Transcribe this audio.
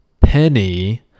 penny